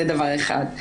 זה דבר אחד,